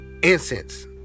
incense